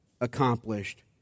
accomplished